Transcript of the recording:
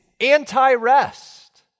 Anti-rest